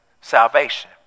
salvation